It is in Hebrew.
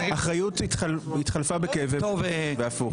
האחריות התחלפה בכאבי בטן, והפוך.